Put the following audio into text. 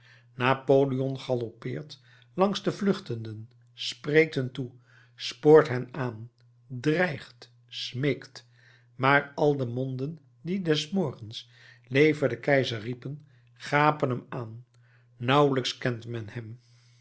napoleon galoppeert langs de vluchtenden spreekt hun toe spoort hen aan dreigt smeekt maar al de monden die des morgens leve de keizer riepen gapen hem aan nauwelijks kent men